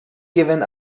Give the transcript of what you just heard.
given